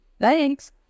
thanks